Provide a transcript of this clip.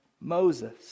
Moses